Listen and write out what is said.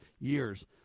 years